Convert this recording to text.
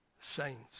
saints